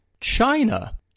China